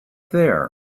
there